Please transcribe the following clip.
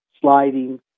sliding